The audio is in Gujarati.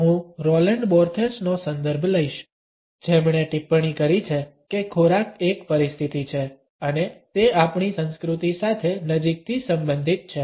હું રોલેન્ડ બાર્થેસનો સંદર્ભ લઈશ જેમણે ટિપ્પણી કરી છે કે ખોરાક એક પરિસ્થિતિ છે અને તે આપણી સંસ્કૃતિ સાથે નજીકથી સંબંધિત છે